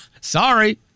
Sorry